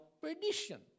perdition